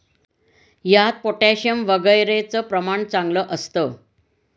यात पोटॅशियम वगैरेचं प्रमाण चांगलं असतं